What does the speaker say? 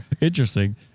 Interesting